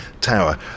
tower